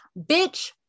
bitch